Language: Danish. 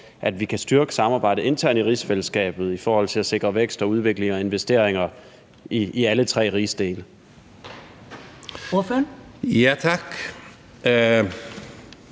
at vi kan styrke samarbejdet internt i rigsfællesskabet i forhold til at sikre vækst, udvikling og investeringer i alle tre rigsdele.